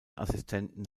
assistenten